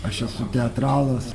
aš esu teatralas